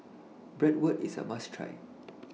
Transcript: Bratwurst IS A must Try